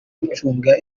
gucunga